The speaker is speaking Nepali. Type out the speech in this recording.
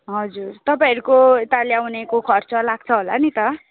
हजुर तपाईँहरूको यता ल्याउनेको खर्च लाग्छ होला नि त